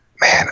man